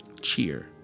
cheer